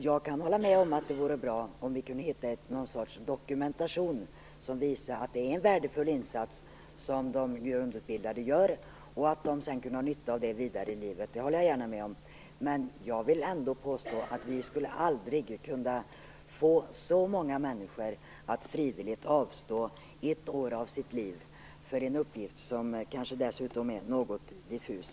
Jag kan hålla med om att det vore bra om vi kunde hitta någon sorts dokumentation som visar att de grundutbildade gör en värdefull insats och att de kan ha nytta av den senare i livet. Men jag vill ändå påstå att vi aldrig skulle kunna få så många människor som krävs att frivilligt avstå ett år av sitt liv för en uppgift som kanske dessutom är något diffus.